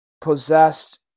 possessed